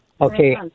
Okay